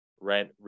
Rent